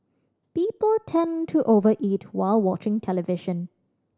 people tend to over eat while watching television